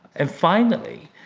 and, finally,